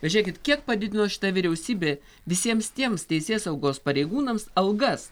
žėkit kiek padidino šita vyriausybė visiems tiems teisėsaugos pareigūnams algas